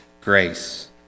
grace